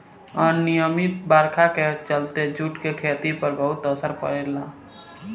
अनिमयित बरखा के चलते जूट के खेती पर बहुत असर पड़ेला